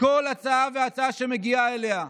כל הצעה והצעה שמגיעה אליה.